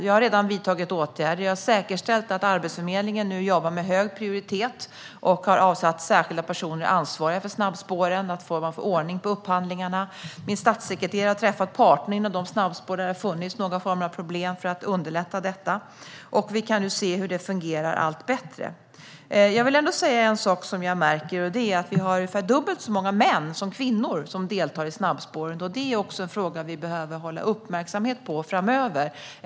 Jag har redan vidtagit åtgärder. Jag har säkerställt att Arbetsförmedlingen nu jobbar med hög prioritet på detta och har avsatt särskilda personer som ansvarar för snabbspåren för att få ordning på upphandlingarna. Min statssekreterare har träffat parterna inom de snabbspår där det har funnits någon form av problem, för att underlätta detta. Vi kan nu se att det här fungerar allt bättre. Det är ungefär dubbelt så många män som kvinnor som deltar i snabbspåren, vilket är något som vi behöver vara uppmärksamma på framöver.